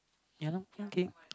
ya lah mm K